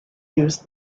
used